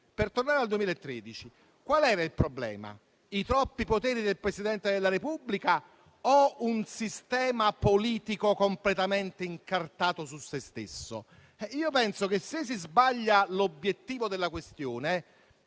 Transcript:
Per tornare al 2013, qual era il problema? I troppi poteri del Presidente della Repubblica o un sistema politico completamente incartato su se stesso? Io penso che se si sbaglia l'obiettivo della questione,